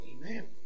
Amen